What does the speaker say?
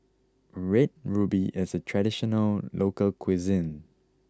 Red Ruby is a traditional local cuisine